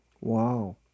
Wow